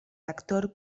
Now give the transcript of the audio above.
actor